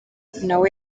nawe